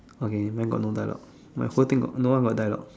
okay when got no dialogue like whole thing got no one got dialogue